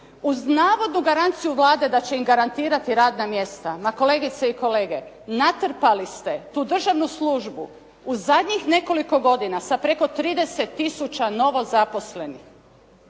uz navodnu garanciju Vlade da će im garantirati radna mjesta. Ma kolegice i kolege, natrpali ste tu državnu službu u zadnjih nekoliko godina sa preko 30 tisuća novo zaposlenih.